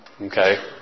Okay